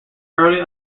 early